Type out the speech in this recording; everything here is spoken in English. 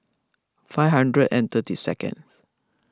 five hundred and thirty second